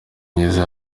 myiza